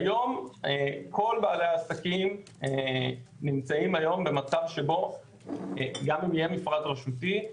כיום כל בעלי העסקים נמצאים היום במצב שבו גם אם יהיה מפרט רשותי,